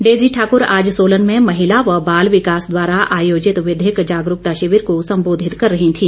Daisy Thakar आज सोलन में महिला व बाल विकास द्वारा आयोजित विधिक जागरूकता शिविर को संबोधित कर रही थी